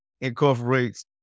incorporates